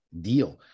deal